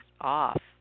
off